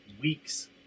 weeks